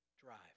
drive